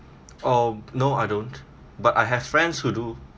um no I don't but I have friends who do